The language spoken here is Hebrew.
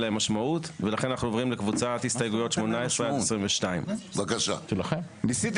להן משמעות ולכן אנחנו עוברים לקבוצת הסתייגויות 18 עד 22. ניסיתי